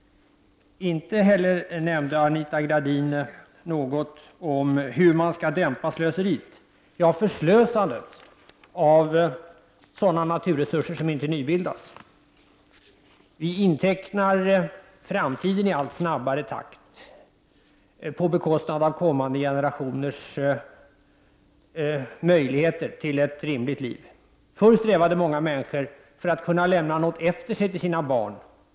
Inte heller nämnde Anita Gradin något om hur man skall dämpa slöseriet, dvs. förslösandet av sådana naturresurser som inte nybildas. Vi intecknar framtiden i allt snabbare takt på bekostnad av kommande generationers möjligheter till ett rimligt liv. Förr strävade människor för att kunna lämna något efter sig till sina barn.